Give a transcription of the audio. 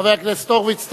חבר הכנסת הורוביץ,